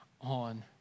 on